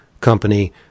company